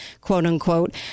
quote-unquote